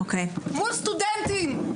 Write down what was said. מול סטודנטים.